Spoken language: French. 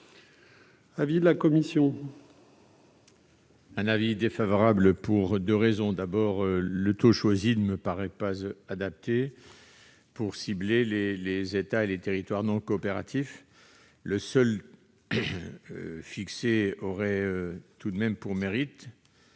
L'avis est défavorable pour deux raisons. Premièrement, le taux choisi ne me paraît pas adapté pour cibler les États et territoires non coopératifs. Le seuil fixé aurait tout de même pour mérite